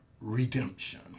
redemption